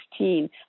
2016